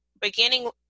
beginning